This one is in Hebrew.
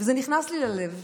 וזה נכנס לי ללב,